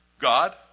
God